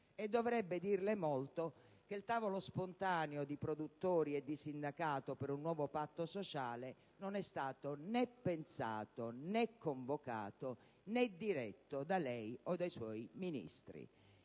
dovrebbe dirle molto che il tavolo spontaneo di produttori e sindacato per un nuovo patto sociale non è stato né pensato né convocato né diretto da lei o dai suoi Ministri.